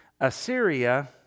Assyria